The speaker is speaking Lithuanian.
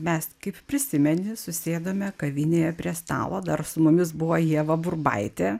mes kaip prisimeni susėdome kavinėje prie stalo dar su mumis buvo ieva burbaitė